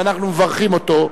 ואנחנו מברכים אותו,